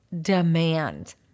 demand